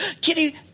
kitty